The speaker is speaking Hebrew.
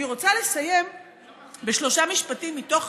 אני רוצה לסיים בשלושה משפטים מתוך